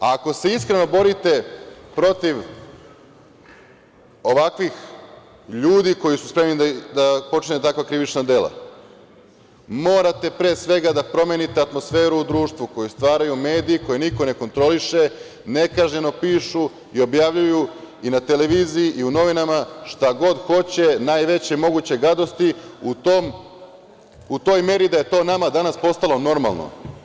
Ako se iskreno borite protiv ovakvih ljudi, koji su spremni da počine takva krivična dela, morate pre svega da promenite atmosferu u društvu koju stvaraju mediji, koje niko ne kontroliše, nekažnjeno pišu i objavljuju i na televiziji i u novinama šta god hoće, najveće moguće gadosti, u toj meri da je to nama danas postalo normalno.